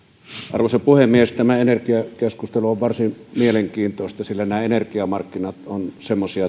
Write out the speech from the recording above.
arvoisa puhemies tämä energiakeskustelu on varsin mielenkiintoista sillä nämä energiamarkkinat ovat semmoisia